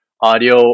audio